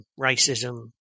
racism